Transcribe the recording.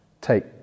take